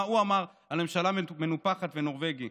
מה הוא אמר על ממשלה מנופחת ונורבגי.